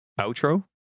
Outro